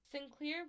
Sinclair